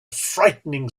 frightening